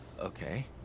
Okay